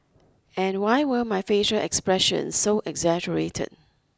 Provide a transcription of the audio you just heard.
and why were my facial expression so exaggerated